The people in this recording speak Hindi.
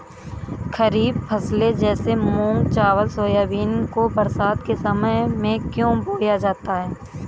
खरीफ फसले जैसे मूंग चावल सोयाबीन को बरसात के समय में क्यो बोया जाता है?